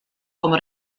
como